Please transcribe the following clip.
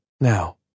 Now